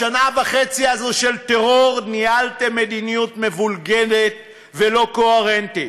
בשנה וחצי הזו של טרור ניהלתם מדיניות מבולגנת ולא קוהרנטית.